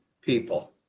people